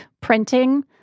printing